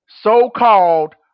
so-called